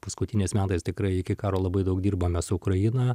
paskutiniais metais tikrai iki karo labai daug dirbome su ukraina